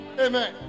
amen